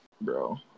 bro